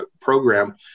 program